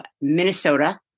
Minnesota